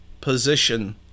position